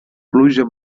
pluja